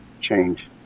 Change